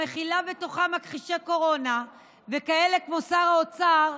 המכילה בתוכה מכחישי קורונה וכאלה כמו שר האוצר,